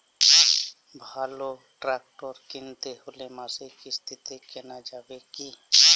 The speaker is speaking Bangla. ভালো ট্রাক্টর কিনতে হলে মাসিক কিস্তিতে কেনা যাবে কি?